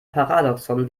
paradoxon